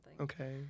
Okay